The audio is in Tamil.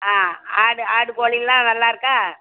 ஆ ஆடு ஆடு கோழியெலாம் நல்லா இருக்கா